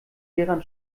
hieran